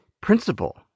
principle